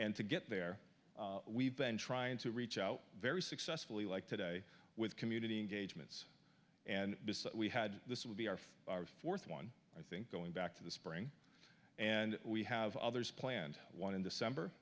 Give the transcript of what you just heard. and to get there we've been trying to reach out very successfully like today with community engagements and we had this will be our fourth one i think going back to the spring and we have others planned one in december